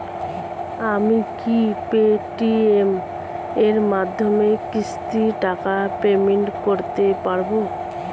আমি কি Paytm এর মাধ্যমে কিস্তির টাকা পেমেন্ট করতে পারব?